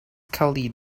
kelly